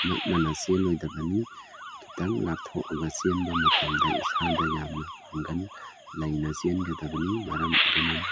ꯅꯛꯅꯅ ꯆꯦꯜꯂꯣꯏꯗꯕꯅꯤ ꯈꯤꯇꯪ ꯂꯥꯞꯊꯣꯛꯂꯒ ꯆꯦꯟꯕ ꯃꯇꯝꯗ ꯏꯁꯥꯗ ꯌꯥꯝꯅ ꯄꯥꯡꯒꯜ ꯂꯩꯅ ꯆꯦꯟꯒꯗꯕꯅꯤ ꯃꯔꯝ ꯑꯗꯨꯅ